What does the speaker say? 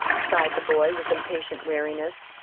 sighed the boy with impatient weariness.